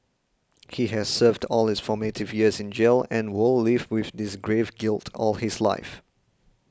he has served all his formative years in jail and will live with this grave guilt all his life